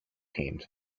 team